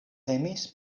temis